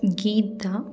Geetha